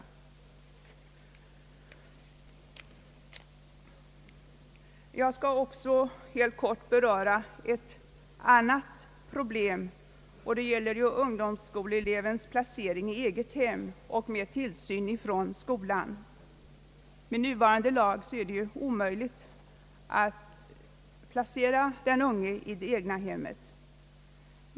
Jag skall också helt kort beröra ett annat problem, som gäller ungdomsskoleelevens placering i eget hem under tillsyn från skolan. Med nuvarande lag är det ju omöjligt att placera den unge i det egna hemmet.